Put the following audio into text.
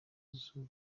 izuba